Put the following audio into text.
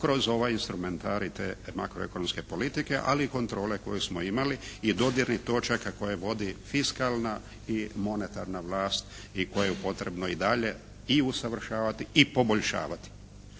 kroz ovaj instrumentarij te makroekonomske politike. Ali i kontrole koju smo imali i dodirnih točaka koje vodi fiskalna i monetarna vlast i koju je potrebno i dalje i usavršavati i poboljšavati.